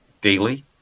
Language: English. daily